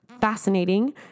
fascinating